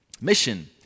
mission